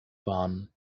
waren